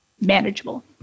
manageable